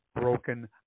Broken